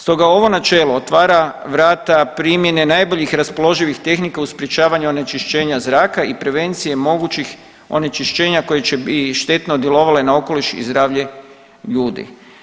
Stoga ovo načelo otvara vrata primjene najboljih raspoloživih tehnika u sprječavanju onečišćenja zraka i prevencije mogućih onečišćenja koje će i štetno djelovale na okoliš i zdravlje ljudi.